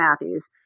matthews